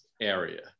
area